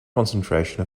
concentration